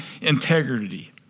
integrity